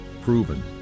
Proven